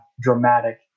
dramatic